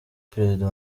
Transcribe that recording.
perezida